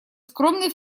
скромный